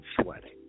sweating